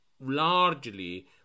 largely